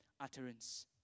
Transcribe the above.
utterance